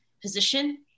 position